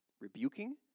rebuking